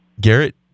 Garrett